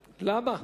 למה?